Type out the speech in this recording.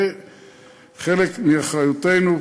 זה חלק מאחריותנו.